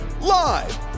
live